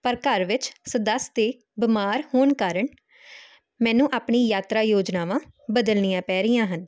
ਪਰ ਘਰ ਵਿੱਚ ਸਦੱਸ ਦੇ ਬਿਮਾਰ ਹੋਣ ਕਾਰਨ ਮੈਨੂੰ ਆਪਣੀ ਯਾਤਰਾ ਯੋਜਨਾਵਾਂ ਬਦਲਣੀਆਂ ਪੈ ਰਹੀਆਂ ਹਨ